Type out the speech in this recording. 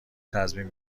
تضمین